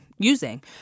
using